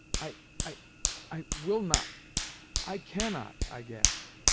i i i will not i cannot! i gasped,